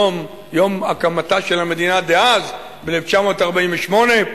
יום הקמתה של המדינה דאז, ב-1948,